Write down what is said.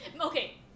Okay